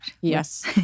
Yes